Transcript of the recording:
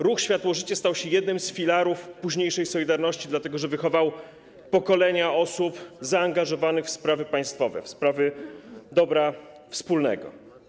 Ruch Światło-Życie stał się jednym z filarów późniejszej „Solidarności”, dlatego że wychował pokolenia osób zaangażowanych w sprawy państwowe, w sprawy dobra wspólnego.